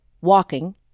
walking